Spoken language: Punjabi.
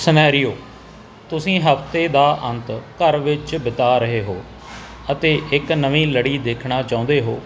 ਸੁਣ ਰਹੇ ਓ ਤੁਸੀਂ ਹਫਤੇ ਦਾ ਅੰਤ ਘਰ ਵਿੱਚ ਬਿਤਾ ਰਹੇ ਹੋ ਅਤੇ ਇੱਕ ਨਵੀਂ ਲੜੀ ਦੇਖਣਾ ਚਾਹੁੰਦੇ ਹੋ